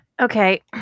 Okay